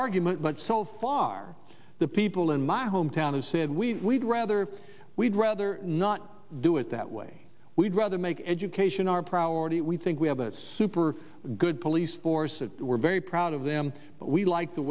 argument but so far the people in my hometown has said we rather we'd rather not do it that way we'd rather make education our priority we think we have a super good police force and we're very proud of them but we like the